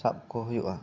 ᱥᱟᱵ ᱠᱚ ᱦᱩᱭᱩᱜ ᱟ